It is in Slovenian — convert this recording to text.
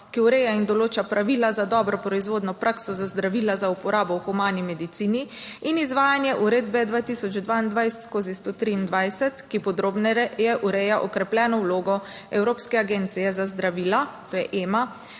ki ureja in določa pravila za dobro proizvodno prakso za zdravila za uporabo v humani medicini in izvajanje uredbe 2022/123, ki podrobneje ureja okrepljeno vlogo Evropske agencije za zdravila, to je EMA,